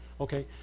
Okay